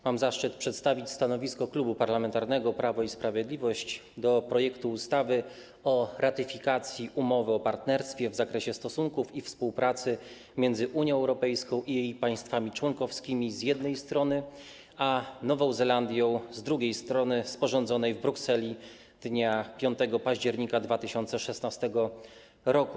Mam zaszczyt przedstawić stanowisko Klubu Parlamentarnego Prawo i Sprawiedliwość w sprawie projektu ustawy o ratyfikacji Umowy o partnerstwie w zakresie stosunków i współpracy między Unią Europejską i jej państwami członkowskimi, z jednej strony, a Nową Zelandią, z drugiej strony, sporządzonej w Brukseli dnia 5 października 2016 r.